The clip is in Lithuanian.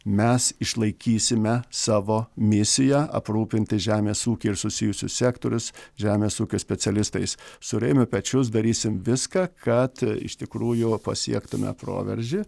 mes išlaikysime savo misiją aprūpinti žemės ūkį ir susijusius sektorius žemės ūkio specialistais surėmę pečius darysim viską kad iš tikrųjų pasiektume proveržį